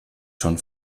schon